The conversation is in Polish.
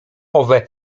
owe